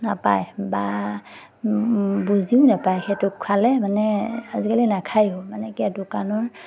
নাপায় বা বুজিও নেপায় সেইটো খোৱালে মানে আজিকালি নাখায়ো মানে কি দোকানৰ